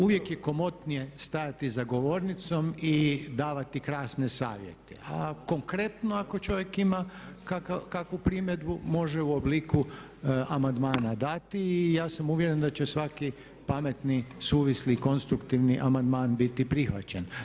Uvijek je komotnije stajati za govornicom i davati krasne savjete a konkretno ako čovjek ima kakvu primjedbu može u obliku amandmana dati i ja sam uvjeren da će svaki pametni, suvisli, konstruktivni amandman biti prihvaćen.